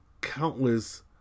countless